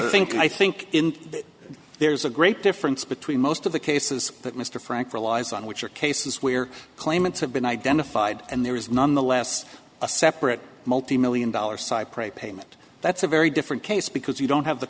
think i think there's a great difference between most of the cases that mr frank relies on which are cases where claimants have been identified and there is nonetheless a separate multi million dollar cypre payment that's a very different case because you don't have the